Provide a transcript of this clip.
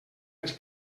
les